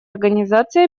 организации